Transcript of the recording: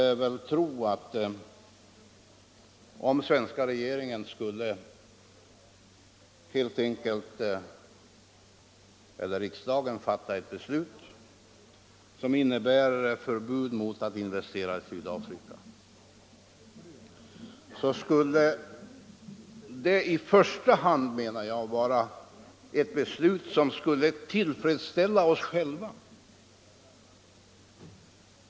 Jag menar att ett beslut av den svenska regeringen eller riksdagen, innebärande förbud mot att investera i Sydafrika, i första hand skulle vara ett beslut som tillfredsställde oss själva.